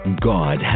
God